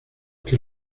que